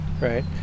right